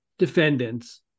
Defendants